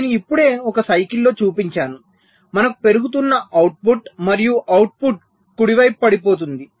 నేను ఇప్పుడే ఒక సైకిల్ లో చూపించాను మనకు పెరుగుతున్న అవుట్పుట్ మరియు అవుట్పుట్ కుడివైపు పడిపోతుంది